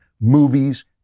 movies